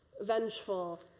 vengeful